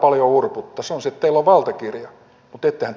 mutta ettehän te niin kertonut